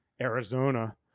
Arizona